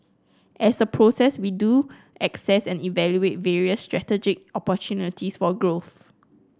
as a process we do asccess and evaluate various strategic opportunities for growth